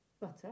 butter